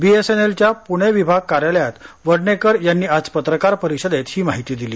बीएसएनएलच्या पुणे विभाग कार्यालयात वडनेकर यांनी पत्रकार परिषदेत ही माहिती दिली